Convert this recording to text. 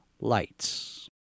lights